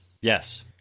Yes